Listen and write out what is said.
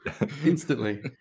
Instantly